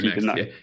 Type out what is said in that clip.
next